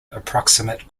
approximate